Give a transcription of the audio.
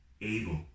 Abel